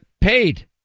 paid